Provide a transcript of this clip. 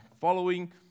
following